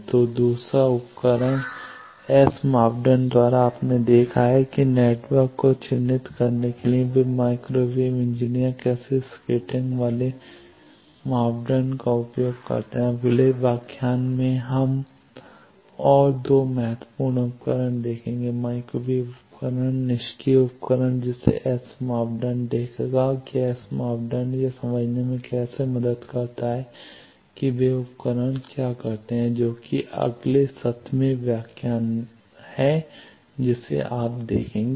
तो यह दूसरा उपकरण एस मापदंड द्वारा आपने देखा है कि नेटवर्क को चिह्नित करने के लिए वे माइक्रोवेव इंजीनियर कैसे स्कैटरिंग वाले मापदंड का उपयोग करते हैं अब अगले व्याख्यान में हम और 2 बहुत महत्वपूर्ण उपकरण देखेंगे माइक्रोवेव उपकरण निष्क्रिय उपकरण जिसे एस मापदंड देखेगा कि एस मापदंड यह समझने में कैसे मदद करता है कि वे उपकरण क्या करते हैं जो कि अगले सत्रहवाँ व्याख्यान है जिसे आप देखेंगे